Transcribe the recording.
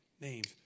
names